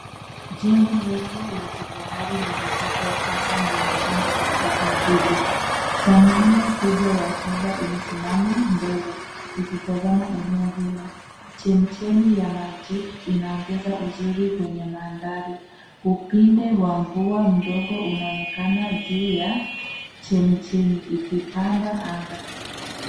Jengo refu la kifahari lenye chapa ya samsung limejengwa katikati ya jiji. Sanamu kubwa ya shaba imesimama mbele ikitazama eneo hilo. Chemchemi ya maji inaongeza uzuri kwenye mandhari. Upinde wa mvua mdogo unaonekana juu ya chemichemi ikipamba anga.